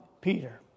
peter